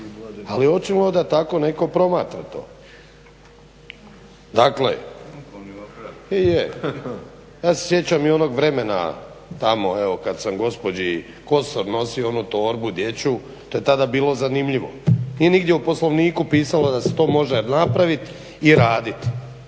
Ali hoćemo da netko tako promatra to. Dakle ja se sjećam i onog vremena tamo kada sam gospođi Kosor nosio onu torbu dječju to je tada bilo zanimljivo. I nije nigdje u Poslovniku pisalo da se to može napraviti i raditi.